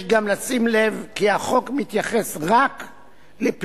יש גם לשים לב כי החוק מתייחס רק לפעולות